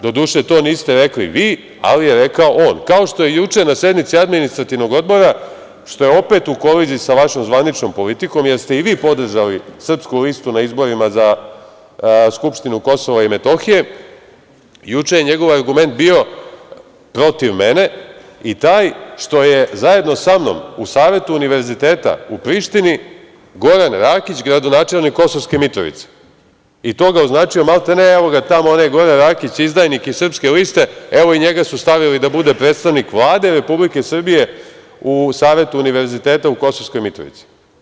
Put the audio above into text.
Doduše, to niste rekli vi, ali je rekao on, kao što je juče na sednici Administrativnog odbora, što je opet u koliziji sa vašom zvaničnom politikom, jer ste i vi podržali Srpsku listu na izborima za Skupštinu KiM, juče je njegov argument bio protiv mene i taj što je zajedno sa mnom u Savetu univerziteta u Prištini Goran Rakić, gradonačelnik Kosovske Mitrovice, i to ga označio maltene - evo ga tamo onaj Goran Rakić, izdajnik, iz Srpske liste, evo i njega su stavili da bude predstavnik Vlade Republike Srbije u Savetu univerziteta u Kosovskoj Mitrovici.